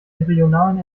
embryonalen